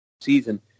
season